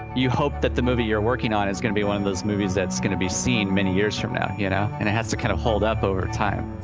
you hope that the movie you're working on is going to be one of the movies that's going to be seen many years from now, you know? and it has to kind of hold up over time